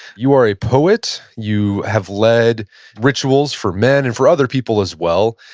you are a poet. you have led rituals for men and for other people as well.